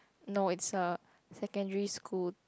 no it's a secondary school